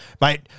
mate